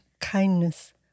kindness